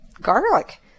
garlic